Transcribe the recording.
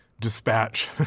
dispatch